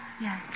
Yes